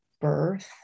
birth